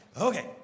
Okay